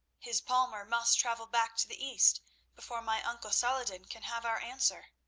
his palmer must travel back to the east before my uncle saladin can have our answer.